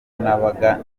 nabaga